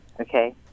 Okay